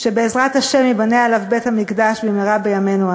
שבעזרת השם ייבנה עליו בית-המקדש במהרה בימינו,